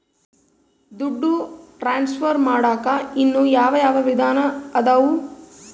ದುಡ್ಡು ಟ್ರಾನ್ಸ್ಫರ್ ಮಾಡಾಕ ಇನ್ನೂ ಯಾವ ಯಾವ ವಿಧಾನ ಅದವು?